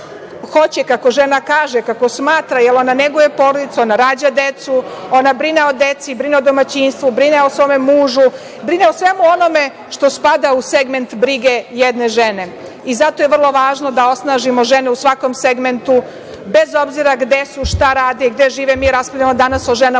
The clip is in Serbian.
hoće, kako žena kaže, kako smatra, jer ona neguje porodicu, ona rađa decu, ona brine o deci, brine o domaćinstvu, brine o svome mužu, brine o svemu onome što spada u segment brige jedne žene. Zato je vrlo važno da osnažimo žene u svakom segmentu, bez obzira gde su, šta rade i gde žive. Mi raspravljamo danas o ženama